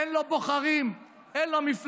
אין לו בוחרים, אין לו מפלגה.